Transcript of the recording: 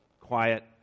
quiet